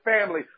family